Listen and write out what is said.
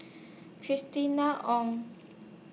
Christina Ong